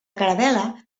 caravel·la